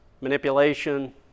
manipulation